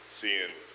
seeing